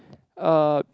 uh